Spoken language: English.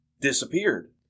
disappeared